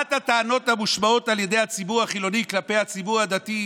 אחת הטענות המושמעות על ידי הציבור החילוני כלפי הציבור הדתי,